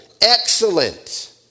excellent